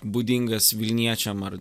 būdingas vilniečiam ar